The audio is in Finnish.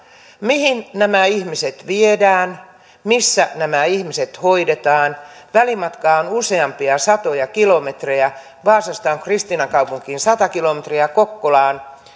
mihin nämä ihmiset viedään missä nämä ihmiset hoidetaan välimatkaa on useampia satoja kilometrejä vaasasta on kristiinankaupunkiin sata kilometriä kokkolan